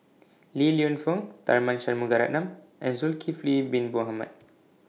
Li Lienfung Tharman Shanmugaratnam and Zulkifli Bin Mohamed